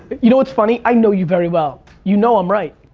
you know what's funny, i know you very well. you know i'm right.